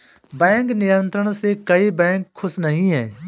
bank नियंत्रण से कई बैंक खुश नही हैं